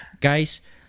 guys